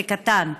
זה קטן.